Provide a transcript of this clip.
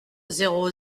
zéro